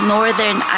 Northern